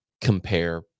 compare